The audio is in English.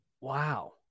Wow